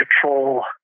control